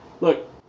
look